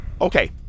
okay